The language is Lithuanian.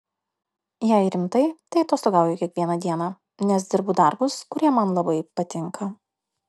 jei rimtai tai atostogauju kiekvieną dieną nes dirbu darbus kurie man labai patinka